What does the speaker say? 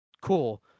Cool